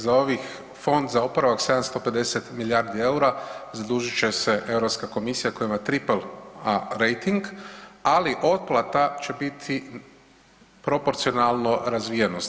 Za ovih, Fond za oporavak 750 milijardi eura zadužit će se Europska komisija koja ima triple rejting ali otplata će biti proporcionalno razvijenosti.